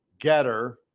Getter